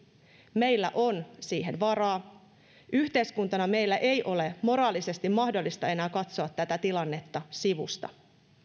meillä on siihen varaa yhteiskuntana meidän ei ole moraalisesti mahdollista enää katsoa tätä tilannetta sivusta